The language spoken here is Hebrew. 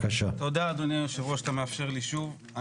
תודה אדוני היושב ראש שאתה מאפשר לי לדבר שוב.